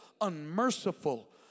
unmerciful